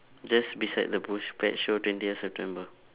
just beside the bush bat show twentieth september